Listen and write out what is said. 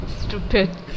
Stupid